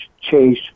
Chase